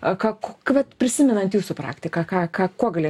vat prisimenant jūsų praktiką ką kuo galėtumėt pasidalint